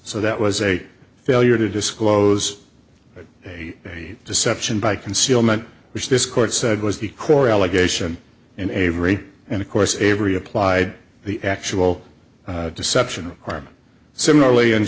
so that was a failure to disclose a deception by concealment which this court said was the core allegation and avery and of course avery applied the actual deception arm similarly and